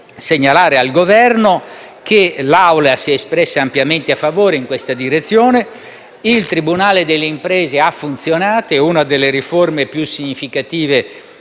segnalare al Governo che l'Assemblea si è espressa ampiamente a favore in questa direzione. Il tribunale delle imprese ha funzionato ed è una delle riforme più significative